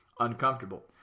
uncomfortable